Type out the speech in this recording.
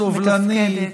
סובלנית,